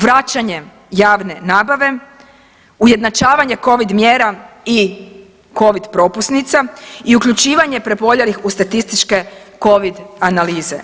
Vraćanjem javne nabave ujednačavanje covid mjera i covid propusnica i uključivanje preboljelih u statističke covid analize.